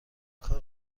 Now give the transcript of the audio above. کار